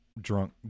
drunk